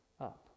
up